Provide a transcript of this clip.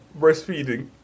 breastfeeding